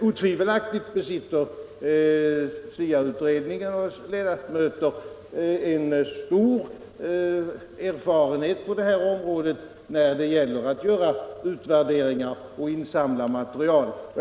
Otvivelaktigt besitter SIA och dess ledamöter en stor erfarenhet på det här området när det gäller att göra utvärderingar och insamla material.